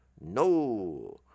No